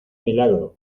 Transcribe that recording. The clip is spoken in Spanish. milagro